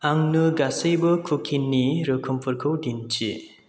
आंनो गासैबो कुकिनि रोखोमफोरखौ दिन्थि